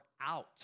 out